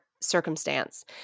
circumstance